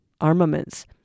armaments